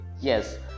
Yes